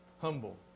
Humble